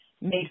made